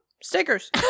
Stickers